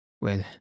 Well